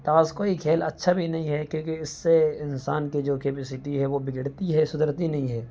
تاش کوئی کھیل اچھا بھی نہیں ہے کیونکہ اس سے انسان کے جو کیپیسٹی ہے وہ بگڑتی ہے سدھرتی نہیں ہے